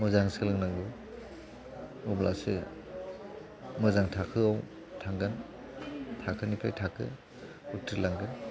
मोजां सोलोंनांगौ अब्लासो मोजां थाखोआव थांगोन थाखोनिफ्राय थाखो उथ्रिलांगोन